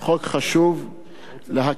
רשות כבאות והצלה.